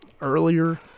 earlier